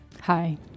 Hi